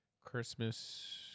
Christmas